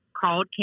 called